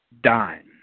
dime